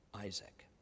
Isaac